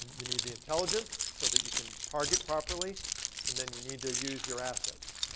you need the intelligence so that you can target properly and then you need to use your assets.